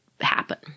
happen